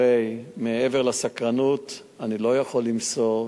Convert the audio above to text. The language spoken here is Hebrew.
הרי מעבר לסקרנות אני לא יכול למסור,